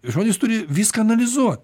žmonės turi viską analizuot